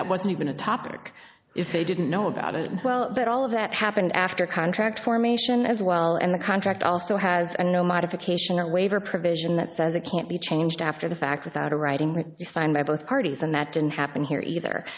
wasn't even a topic if they didn't know about it well but all of that happened after contract formation as well and the contract also has a no modification or waiver provision that says it can't be changed after the fact without a writing signed by both parties and that didn't happen here either